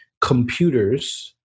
computers